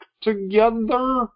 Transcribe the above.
together